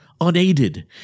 unaided